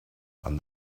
and